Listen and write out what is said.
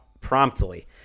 promptly